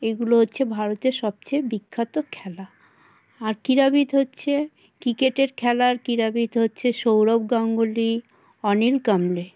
এগুলো হচ্ছে ভারতের সবচেয়ে বিখ্যাত খেলা আর ক্রীড়াবিদ হচ্ছে ক্রিকেটের খেলার ক্রীড়াবিদ হচ্ছে সৌরভ গাঙ্গুলি অনিল কুম্বলে